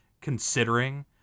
considering